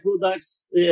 products